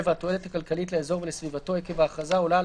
(7)התועלת הכלכלית לאזור ולסביבתו עקב ההכרזה עולה על